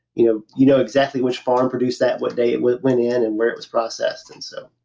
you know you know exactly which farm produced that, what day it went went in and where it was processed and so